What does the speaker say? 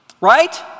right